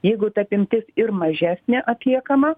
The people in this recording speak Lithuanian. jeigu ta apimtis ir mažesnė atliekama